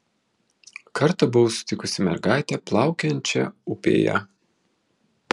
kartą buvau sutikusi mergaitę plaukiojančią upėje